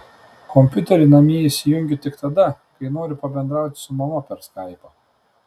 kompiuterį namie įsijungiu tik tada kai noriu pabendrauti su mama per skaipą